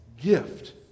gift